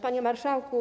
Panie Marszałku!